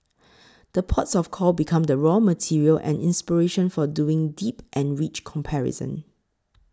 the ports of call become the raw material and inspiration for doing deep and rich comparison